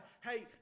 Hey